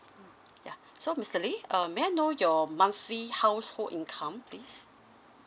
ya so mister lee um may I know your monthly household income please